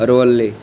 Aravalli